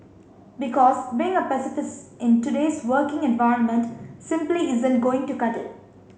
because being a pacifist in today's working environment simply isn't going to cut it